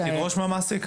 היא תדרוש מהמעסיק.